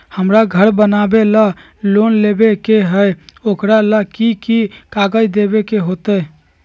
हमरा घर बनाबे ला लोन लेबे के है, ओकरा ला कि कि काग़ज देबे के होयत?